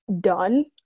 done